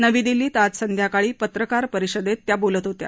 नवी दिल्लीत आज संध्याकाळी पत्रकार परिषदेत त्या बोलत होत्या